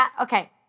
okay